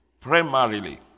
primarily